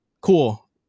cool